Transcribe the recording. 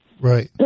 Right